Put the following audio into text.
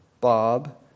Bob